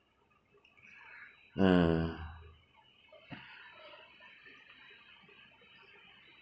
uh